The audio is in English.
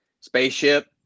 spaceship